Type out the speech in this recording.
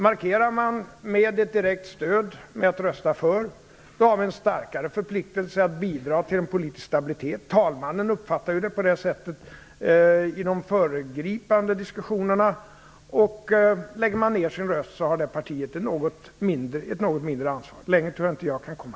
Markerar man ett direkt stöd genom att rösta för har man en starkare förpliktelse att bidra till politisk stabilitet. Talmannen uppfattar det på det sättet i de föregripande diskussionerna. Lägger man ner sin röst har det partiet ett något mindre ansvar. Längre tror jag inte att jag kan komma.